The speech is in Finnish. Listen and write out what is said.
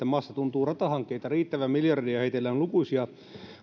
maassa tuntuu ratahankkeita riittävän miljardeja heitellään lukuisia